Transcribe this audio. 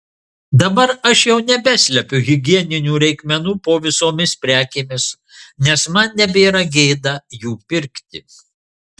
dabar aš jau nebeslepiu higieninių reikmenų po visomis prekėmis nes man nebėra gėda jų pirkti